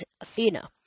Athena